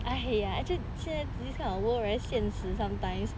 !aiya! actually this kind of world very 现实 sometimes